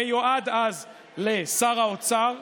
המיועד אז לשר האוצר,